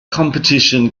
competition